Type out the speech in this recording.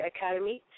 Academy